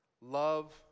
love